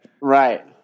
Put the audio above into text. Right